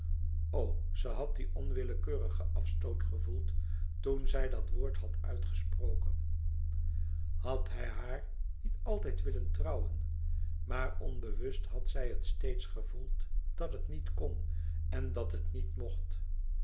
ze had dien onwillekeurigen afstoot gevoeld toen zij dat woord had uitgesproken had hij haar niet altijd willen trouwen maar onbewust had zij het steeds gevoeld dat het niet kon en dat het niet mocht